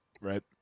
Right